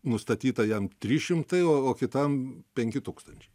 nustatyta jam trys šimtai o o kitam penki tūkstančiai